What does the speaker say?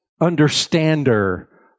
understander